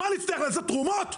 מה נצטרך לאסוף תרומות?